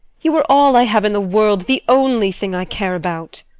you are all i have in the world! the only thing i care about!